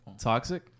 Toxic